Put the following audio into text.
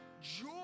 joy